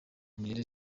nirere